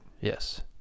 Yes